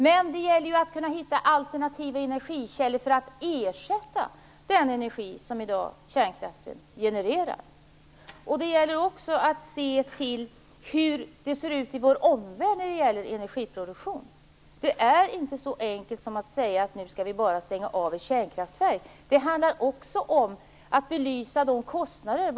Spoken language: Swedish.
Men det gäller ju att hitta alternativa energikällor för att ersätta den energi som kärnkraften i dag genererar. Det gäller också att se till hur det ser ut i vår omvärld när det gäller energiproduktion. Det är inte så enkelt som att bara säga att nu skall vi stänga av ett kärnkraftverk. Det handlar också om att belysa kostnaderna.